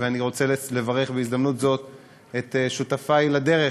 אני רוצה לברך בהזדמנות זאת את שותפי לדרך.